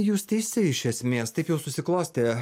jūs teisi iš esmės taip jau susiklostė